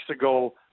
ago